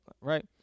Right